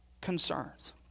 concerns